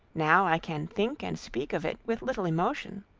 now, i can think and speak of it with little emotion.